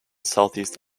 southeast